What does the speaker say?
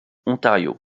ontario